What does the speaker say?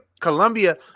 Columbia